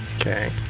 Okay